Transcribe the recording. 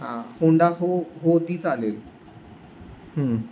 हां होंडा हो हो ती चालेल